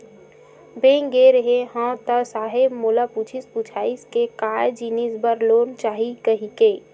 Bank गे रेहे हंव ता साहेब मोला पूछिस पुछाइस के काय जिनिस बर लोन चाही कहिके?